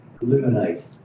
illuminate